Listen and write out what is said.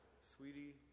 sweetie